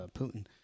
Putin